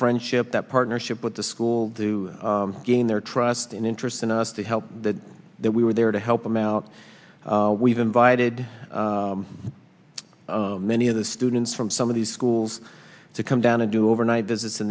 friendship that partnership with the school to gain their trust and interest in us to help that that we were there to help them out we've invited many of the students from some of these schools to come down to do overnight visits